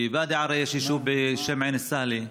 בוואדי עארה יש יישוב בשם עין אל-סהלה,